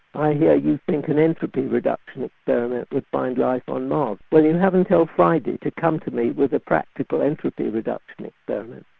i hear you think an entropy reduction experiment would find life on mars. well, you have until friday to come to me with a practical entropy reduction experiment.